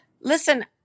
Listen